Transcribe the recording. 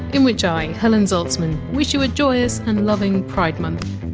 in which i, and helen zaltzman, wish you a joyous and loving pride month,